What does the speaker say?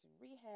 rehab